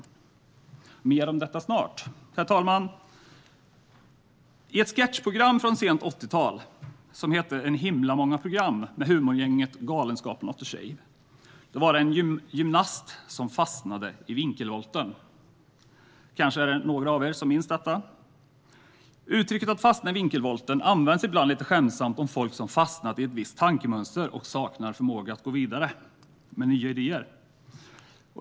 Det kommer mer om detta snart. Herr talman! I ett sketchprogram från sent 80-tal, En himla många program , med humorgänget Galenskaparna och After Shave fanns en gymnast som fastnade i vinkelvolten. Kanske är det några av er som minns detta. Uttrycket att fastna i vinkelvolten används ibland lite skämtsamt om folk som har fastnat i ett visst tankemönster och saknar förmåga att gå vidare med nya idéer.